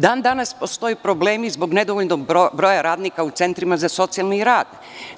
Dan-danas postoje problemi zbog nedovoljnog broja radnika u centrima za socijalni rad,